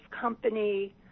company